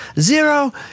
zero